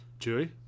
Chewy